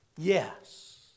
Yes